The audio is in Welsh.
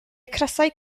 crysau